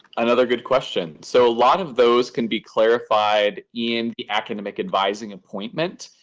another good question. so a lot of those can be clarified in the academic advising appointment.